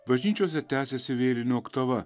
bažnyčiose tęsiasi vėlinių oktava